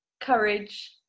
courage